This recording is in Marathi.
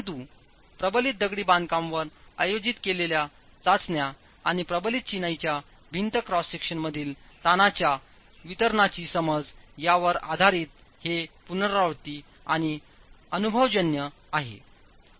परंतु प्रबलित दगडी बांधकाम वर आयोजित केलेल्या चाचण्या आणि प्रबलित चिनाईच्या भिंत क्रॉस सेक्शन मधील ताणांच्या वितरणाची समज यावर आधारित हे पुनरावृत्ती आणि अनुभवजन्य आहे